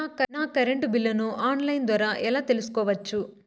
నా కరెంటు బిల్లులను online ద్వారా ఎలా తెలుసుకోవచ్చు?